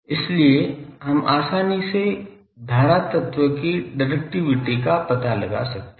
इसलिए हम आसानी से धारा तत्व की डिरेक्टिविटी का पता लगा सकते हैं